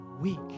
weak